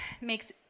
makes